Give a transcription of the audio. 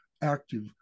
active